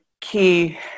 key